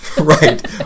right